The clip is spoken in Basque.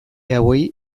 hauei